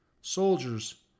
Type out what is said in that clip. Soldiers